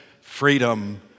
freedom